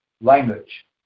language